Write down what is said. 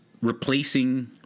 replacing